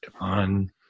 on